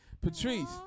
Patrice